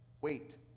Wait